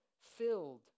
filled